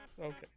okay